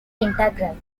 integral